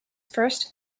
first